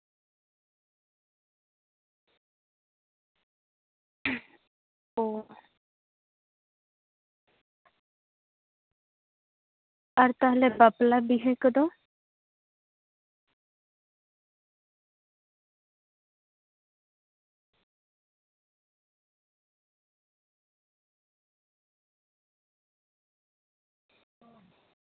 ᱚ ᱟᱨ ᱛᱟᱦᱞᱮ ᱵᱟᱯᱞᱟ ᱵᱤᱦᱟᱹ ᱠᱚᱫᱚ